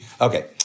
okay